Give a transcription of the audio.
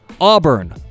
Auburn